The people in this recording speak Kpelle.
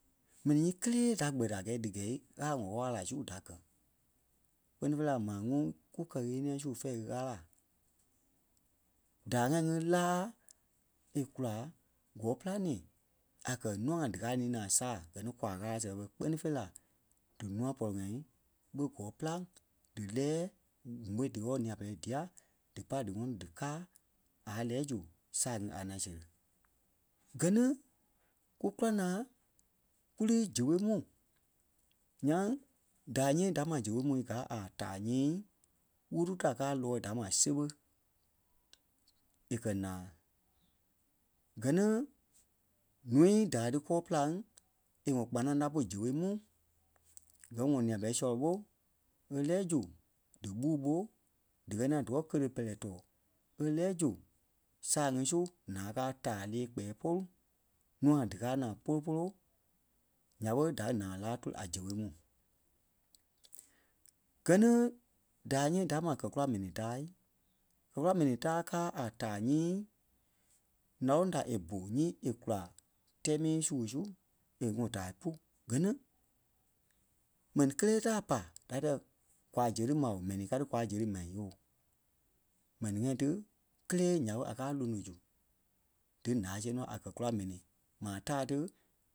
mɛni nyii kélee da gbɛtɛ a gɛɛ dí gɛ̂i Ɣâla wɔ̂ wala-wala laai su da gɛ̀. Kpɛ́ni fèi la maa ŋuŋ ku kɛ-ɣeniɛi su fɛ̂ɛ Ɣâla. Daai ŋai ŋí láa e kulaa gɔɔ-pîlanii a kɛ̀ nûa ŋai dí káa nii naa saa gɛ ni kwa Ɣâla seɣe fe kpɛ́ni fêi la di ńûai pɔlɔ-ŋai ɓé gɔɔ-pîlaŋ dílɛɛ m̀ôi díwɔ̂ nîa-pɛlɛɛ dia di pá dí ŋɔnɔ di kaa a lɛ́ɛ zu saa ŋí a ŋaŋ seri. Gɛ ni kú kúla naa kú lí gi-ɓe mu nyaŋ daai nyii da ma gi-ɓe mu gaa a taa nyii wuru da káa nɔɔi da kɛ̀ ma seɓe è kɛ̀ naa. Gɛ ni ǹúui da dí kɔɔ pîlaŋ e wɔ̂ kpanaŋ la pú gi-ɓe mu gɛ wɔ̂ nîa-pɛlɛɛ sɔlɔ ɓó e lɛɛ zu dí ɓûu ɓo dikɛ ŋaŋ díwɔ̀ kele pɛlɛɛ tɔɔ è lɛɛ zu saa ŋí su ǹáa kaa taai lée kpɛ̀ɛ pôlu nûai dikaa naa poo-poloo nya ɓe da naa láa tóli a gi-ɓe mu. Gɛ ni daai nyii da ma kɛkula mɛni taai, kɛkula mɛni taai káa a taa nyii naloŋ ta e bu nyii e kula tɛ́ɛ-mii sui sui e ŋɔ daai pú. Gɛ ni mɛni kélee ta a pà da díyɛɛ kwa zeri maa ooo mɛni ka ti kwa zerii ma yooo. M̀ɛnii ŋai ti kélee nya ɓé a káa lóno zu. Dí ǹáa see nɔ a kɛkula m̀ɛnii. Maa taa ti